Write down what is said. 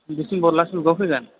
December last उइकआव फैगोन